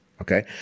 Okay